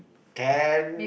ten